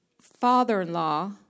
father-in-law